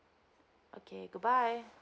okay goodbye